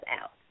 out